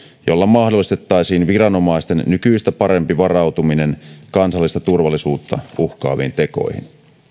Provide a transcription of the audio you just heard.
jolla mahdollistettaisiin viranomaisten nykyistä parempi varautuminen kansallista turvallisuutta uhkaaviin tekoihin